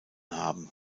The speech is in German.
haben